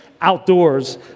outdoors